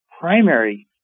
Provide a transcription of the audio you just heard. primary